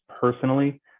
personally